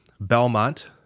Belmont